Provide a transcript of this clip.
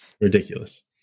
Ridiculous